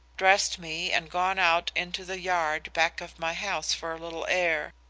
dressed me and gone out into the yard back of my house for a little air.